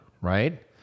right